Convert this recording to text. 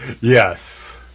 Yes